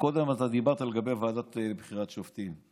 קודם דיברת לגבי הוועדה לבחירת שופטים,